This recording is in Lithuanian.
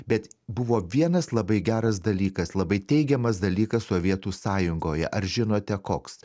bet buvo vienas labai geras dalykas labai teigiamas dalykas sovietų sąjungoje ar žinote koks